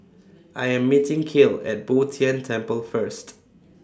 I Am meeting Cale At Bo Tien Temple First